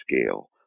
scale